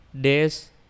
days